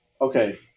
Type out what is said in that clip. Okay